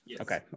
okay